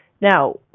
Now